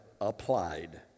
applied